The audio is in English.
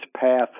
path